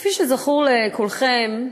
כפי שזכור לכולכם,